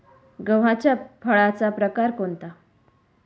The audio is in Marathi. गव्हाच्या फळाचा प्रकार कोणता?